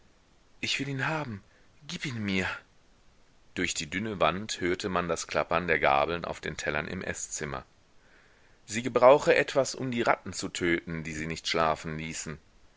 ich will ihn haben gib ihn mir durch die dünne wand hörte man das klappern der gabeln auf den tellern im eßzimmer sie gebrauche etwas um die ratten zu töten die sie nicht schlafen ließen